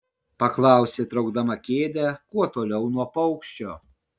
paklausė traukdama kėdę kuo toliau nuo paukščio